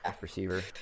receiver